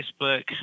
Facebook